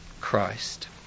Christ